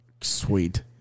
Sweet